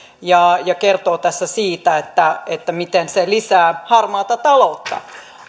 ja ja kertoo tässä siitä miten se lisää harmaata taloutta